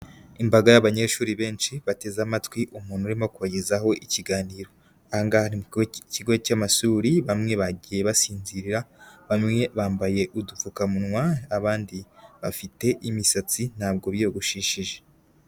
Imbaga y'abanyeshuri benshi bateze amatwi umuntu urimo kubagezaho ikiganiro. Ahangaha ni ikigo cy'amasuri, bamwe bagiye basinzira, bamwe bambaye udupfukamunwa abandi bafite imisatsi ntabwo biyogoshishije.